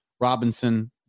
robinson